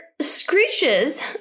screeches